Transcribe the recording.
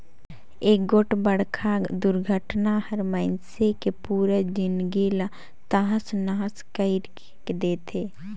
एगोठ बड़खा दुरघटना हर मइनसे के पुरा जिनगी ला तहस नहस कइर देथे